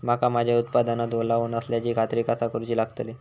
मका माझ्या उत्पादनात ओलावो नसल्याची खात्री कसा करुची लागतली?